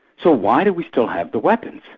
so why do we still have the weapons?